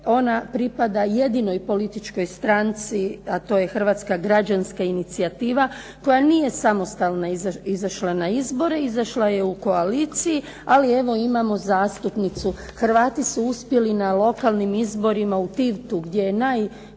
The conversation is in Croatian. Ona pripada jedinoj političkoj stranci, a to je Hrvatska građanska inicijativa, koja nije samostalno izašla na izbore. Izašla je u koaliciji, ali evo imamo zastupnicu. Hrvati su uspjeli na lokalnim izborima u Tivtu gdje je najbrojnija